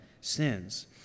sins